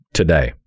today